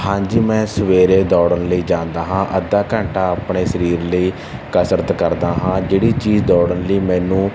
ਹਾਂਜੀ ਮੈਂ ਸਵੇਰੇ ਦੌੜਨ ਲਈ ਜਾਂਦਾ ਹਾਂ ਅੱਧਾ ਘੰਟਾ ਆਪਣੇ ਸਰੀਰ ਲਈ ਕਸਰਤ ਕਰਦਾ ਹਾਂ ਜਿਹੜੀ ਚੀਜ਼ ਦੌੜਨ ਲਈ ਮੈਨੂੰ